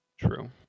True